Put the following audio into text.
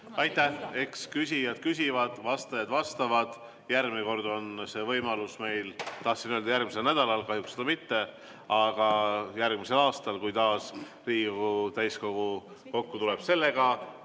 Aitäh! Eks küsijad küsivad, vastajad vastavad, järgmine kord on see võimalus meil ... Tahtsin öelda järgmisel nädalal, kahjuks seda mitte, aga järgmisel aastal, kui taas Riigikogu täiskogu kokku tuleb.